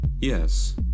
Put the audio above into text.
Yes